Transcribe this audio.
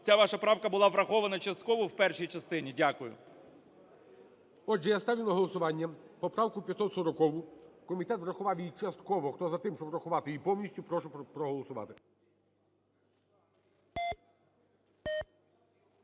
ця ваша правка була врахована частково в першій частині. Дякую. ГОЛОВУЮЧИЙ. Отже, я ставлю на голосування поправку 540. Комітет врахував її частково. Хто за те, щоб врахувати її повністю, прошу проголосувати.